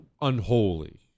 unholy